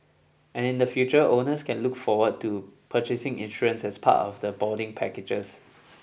and in the future owners can look forward to purchasing insurance as part of the boarding packages